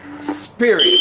spirit